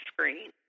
screen